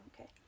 okay